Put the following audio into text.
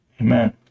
Amen